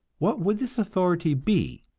what would this authority be?